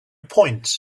point